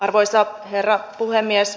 arvoisa herra puhemies